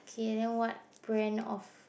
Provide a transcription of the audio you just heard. okay then what brand of